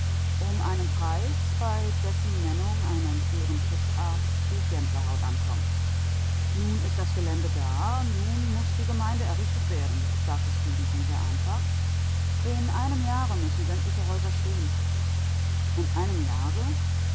um einen preis bei dessen nennung einem früheren schiffsarzt die gänsehaut ankommt nun ist das gelände da nun muß die gemeinde errichtet werden sagte stefenson sehr einfach in einem jahre müssen sämtliche häuser stehen in einem jahre